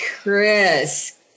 Chris